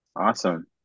Awesome